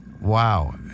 Wow